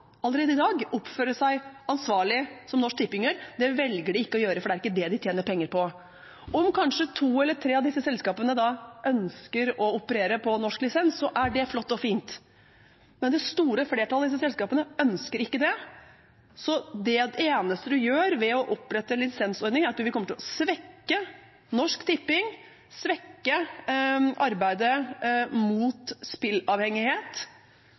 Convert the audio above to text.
allerede i dag – oppføre seg ansvarlig, som Norsk Tipping gjør. Det velger de ikke å gjøre, for det er ikke det de tjener penger på. Om kanskje to eller tre av disse selskapene ønsker å operere på norsk lisens, er det flott og fint. Men det store flertallet av disse selskapene ønsker ikke det. Det eneste man gjør ved å opprette en lisensordning, er å svekke Norsk Tipping, svekke arbeidet mot